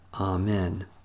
Amen